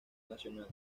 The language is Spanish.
nacional